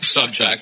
subject